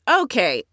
okay